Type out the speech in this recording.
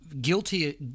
guilty